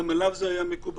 וגם עליו זה היה מקובל.